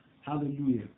Hallelujah